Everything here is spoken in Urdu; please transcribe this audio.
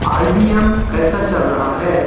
آئی بی ایم کیسا چل رہا ہے